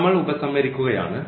നമ്മൾ ഉപസംഹരിക്കുകയാണ്